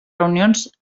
reunions